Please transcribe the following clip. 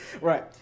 Right